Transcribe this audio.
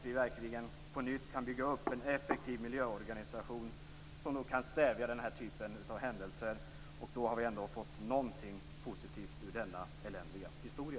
Om vi på nytt kan bygga upp en effektiv miljöorganisation som kan stävja den här typen av händelser har det ändå kommit något positivt ut ur denna eländiga historia.